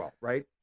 right